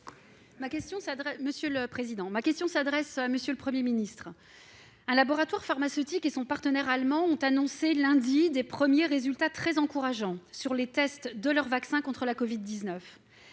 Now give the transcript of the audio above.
Ma question s'adresse à M. le Premier ministre. Un laboratoire pharmaceutique américain et son partenaire allemand ont annoncé lundi de premiers résultats très encourageants concernant les tests de leur vaccin contre la covid-19.